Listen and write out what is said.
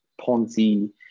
ponzi